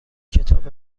کتاب